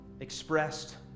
Expressed